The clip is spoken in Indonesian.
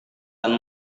dan